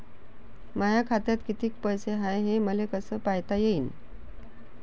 माया खात्यात कितीक पैसे हाय, हे मले कस पायता येईन?